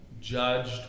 judged